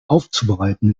aufzubereiten